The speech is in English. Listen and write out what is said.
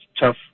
tough